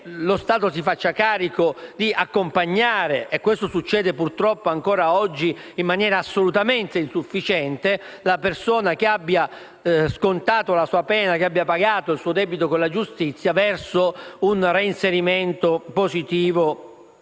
lo Stato si faccia carico di accompagnare (e questo succede purtroppo ancora oggi in maniera assolutamente insufficiente) la persona che abbia scontato la sua pena e che abbia pagato il suo debito con la giustizia verso un reinserimento positivo